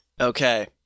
Okay